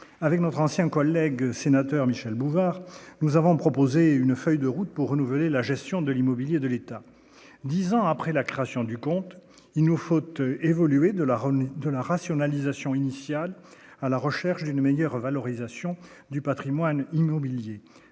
avec notre ancien collègue sénateur Michel Bouvard nous avons proposé une feuille de route pour renouveler la gestion de l'immobilier de l'État, 10 ans après la création du compte, il nous faut te évoluer de la retenue de la rationalisation initiale à la recherche d'une meilleure valorisation du Patrimoine immobilier,